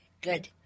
good